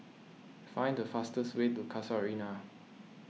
find the fastest way to Casuarina